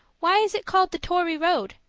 why is it called the tory road?